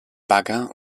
bagger